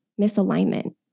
misalignment